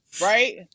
Right